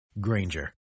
Granger